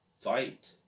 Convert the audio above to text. Fight